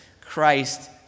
Christ